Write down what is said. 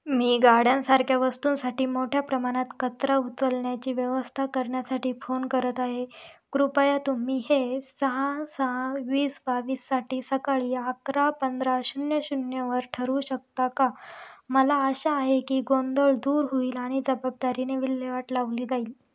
मी गाड्यांसारख्या वस्तूंसाठी मोठ्या प्रमाणात कचरा उचलण्याची व्यवस्था करण्यासाठी फोन करत आहे कृपया तुम्ही हे सहा सहा वीस बावीससाठी सकाळी अकरा पंधरा शून्य शून्यवर ठरवू शकता का मला आशा आहे की गोंधळ दूर होईल आणि जबाबदारीने विल्हेवाट लावली जाईल